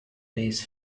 peace